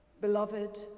Beloved